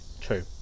true